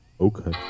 Okay